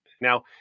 Now